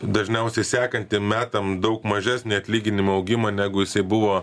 dažniausiai sekantiem metam daug mažesnį atlyginimų augimą negu jisai buvo